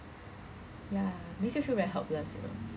ya makes you feel very helpless you know